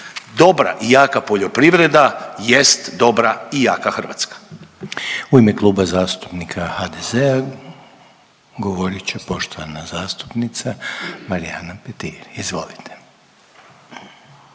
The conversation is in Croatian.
Dobra i jaka poljoprivreda jest dobra i jaka Hrvatska. **Reiner, Željko (HDZ)** U ime Kluba zastupnika HDZ-a govorit će poštovana zastupnica Marijana Petir. Izvolite.